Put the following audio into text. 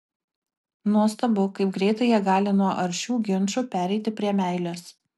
nuostabu kaip greitai jie gali nuo aršių ginčų pereiti prie meilės